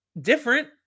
different